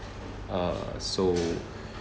uh so